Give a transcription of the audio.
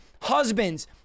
Husbands